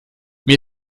mir